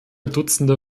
dutzende